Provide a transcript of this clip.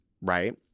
right